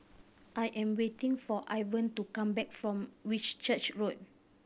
I am waiting for Ivan to come back from Whitchurch Road